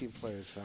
players